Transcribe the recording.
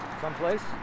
someplace